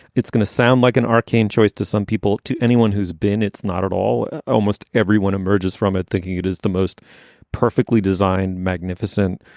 it's going to sound like an arcane choice to some people, to anyone who's been. it's not at all. almost everyone emerges from it, thinking it is the most perfectly designed, magnificent,